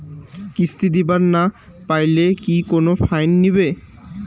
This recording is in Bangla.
কিস্তি দিবার না পাইলে কি কোনো ফাইন নিবে?